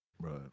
Right